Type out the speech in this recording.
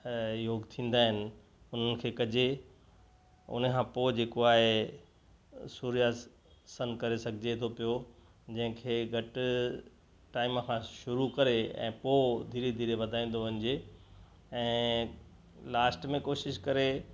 योग थींदा आहिनि उन्हनि खे कजे उनखां पोइ जेको आहे सुर्या आसन करे सघिजे थो पियो जंहिंखें घटि टाइम खां शुरू करे ऐं पोइ धीरे धीरे वधाए वनजे ऐं लास्ट में कोशिशि करे